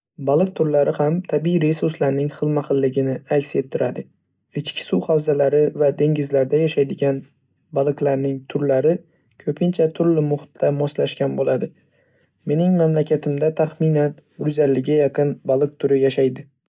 Baliq turlari ham tabiiy resurslarning xilma-xilligini aks ettiradi. Ichki suv havzalari va dengizlarda yashaydigan baliqlarning turlar ko‘pincha turli muhitga moslashgan bo‘ladi. Mening mamlakatimda taxminan bir yuz ellikga yaqin baliq turi yashaydi.